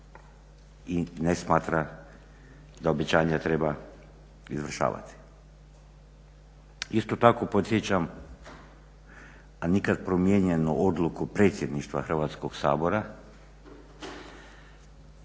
i ne smatra da obećanja treba izvršavati. Isto tako podsjećam a nikad promijenjenu odluku predsjedništva Hrvatskog sabora,